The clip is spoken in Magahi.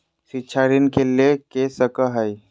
शिक्षा ऋण के ले सको है?